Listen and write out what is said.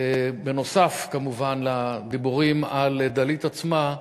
בנוסף כמובן לדיבורים על דלית עצמה,